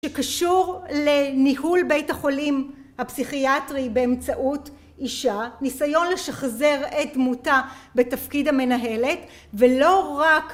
שקשור לניהול בית החולים הפסיכיאטרי באמצעות אישה, ניסיון לשחזר את דמותה בתפקיד המנהלת ולא רק